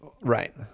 right